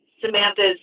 Samantha's